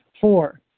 Four